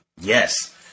yes